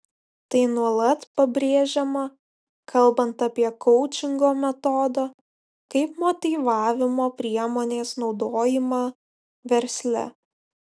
tai nuolat pabrėžiama kalbant apie koučingo metodo kaip motyvavimo priemonės naudojimą versle